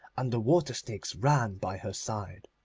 and the water-snakes ran by her side.